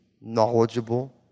knowledgeable